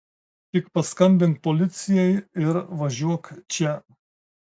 tik paskambink policijai ir važiuok čia